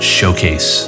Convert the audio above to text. Showcase